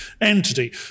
entity